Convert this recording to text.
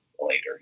later